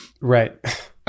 Right